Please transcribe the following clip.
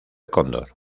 cóndor